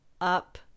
up